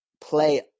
play